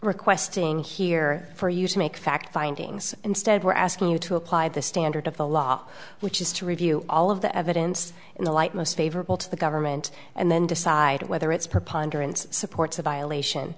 requesting here for you to make fact findings instead we're asking you to apply the standard of the law which is to review all of the evidence in the light most favorable to the government and then decide whether its preponderance supports a violation